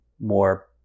more